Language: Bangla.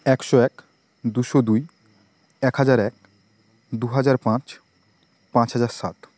একশো এক দুশো দুই এক হাজার এক দু হাজার পাঁচ পাঁচ হাজার সাত